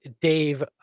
Dave